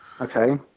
Okay